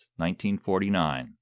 1949